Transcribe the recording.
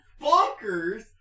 bonkers